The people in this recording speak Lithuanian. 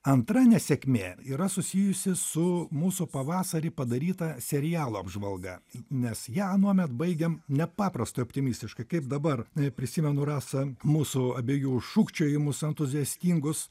antra nesėkmė yra susijusi su mūsų pavasarį padaryta serialo apžvalga nes ją anuomet baigėm nepaprastai optimistiškai kaip dabar prisimenu rasa mūsų abiejų šūkčiojimus entuziastingus